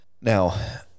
Now